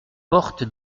porte